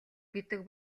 гэдэг